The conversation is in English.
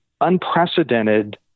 unprecedented